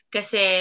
Kasi